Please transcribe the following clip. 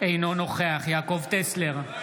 אינו נוכח יעקב טסלר,